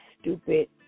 stupid